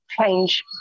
change